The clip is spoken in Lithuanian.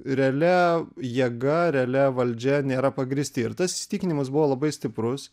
realia jėga realia valdžia nėra pagrįsti ir tas įsitikinimas buvo labai stiprus